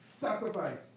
sacrifice